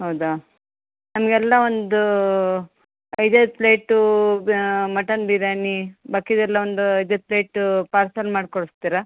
ಹೌದಾ ನಮಗೆಲ್ಲ ಒಂದು ಐದೈದು ಪ್ಲೇಟು ಮಟನ್ ಬಿರ್ಯಾನಿ ಬಾಕಿದೆಲ್ಲ ಒಂದು ಐದೈದು ಪ್ಲೇಟ್ ಪಾರ್ಸಲ್ ಮಾಡಿ ಕಳ್ಸ್ತೀರಾ